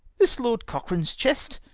this lord cochrane's chest?